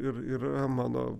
ir yra mano